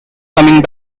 coming